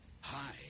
Hi